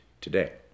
today